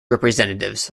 representatives